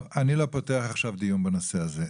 טוב, אני לא פותח עכשיו דיון בנושא הזה.